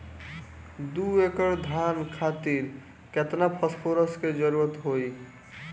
दु एकड़ धान खातिर केतना फास्फोरस के जरूरी होला?